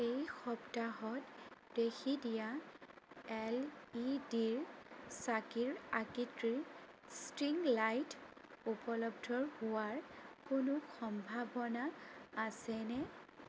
এই সপ্তাহত দেশীদিয়া এল ই ডিৰ চাকিৰ আকৃতিৰ ষ্ট্ৰিং লাইট উপলব্ধ হোৱাৰ কোনো সম্ভাৱনা আছেনে